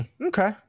okay